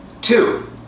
two